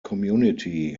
community